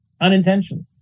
unintentionally